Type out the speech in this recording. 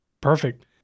perfect